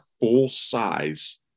full-size